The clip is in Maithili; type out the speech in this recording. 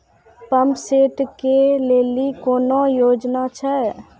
पंप सेट केलेली कोनो योजना छ?